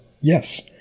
Yes